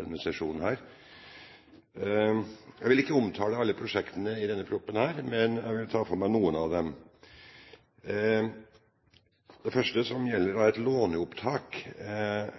Jeg vil ikke omtale alle prosjektene i denne prop.-en, men jeg vil ta for meg noen av dem. Det første gjelder et låneopptak. Det